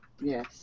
Yes